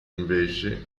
invece